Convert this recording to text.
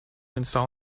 install